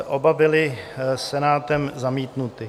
Oba byly Senátem zamítnuty.